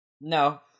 no